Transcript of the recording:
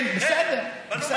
כן, בסדר.